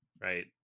right